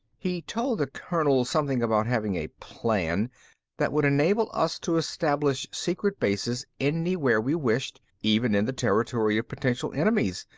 he told the colonel something about having a plan that would enable us to establish secret bases anywhere we wished, even in the territory of potential enemies.